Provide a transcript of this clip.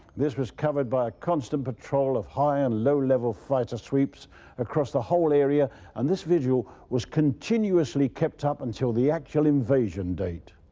this was covered by a constant patrol of high and low-level fighter sweeps across the whole area and this vigil was continuously kept up until the actual invasion date.